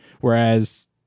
whereas